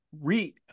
RE